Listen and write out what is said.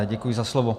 Děkuji za slovo.